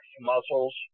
muscles